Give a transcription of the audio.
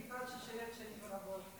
כאחד ששירת שנים רבות.